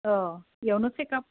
अ इयावनो चेकआप